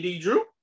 Drew